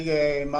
זה לא